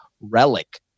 Relic